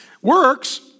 works